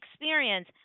experience